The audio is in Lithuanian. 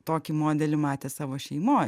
tokį modelį matė savo šeimoj